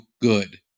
good